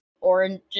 orange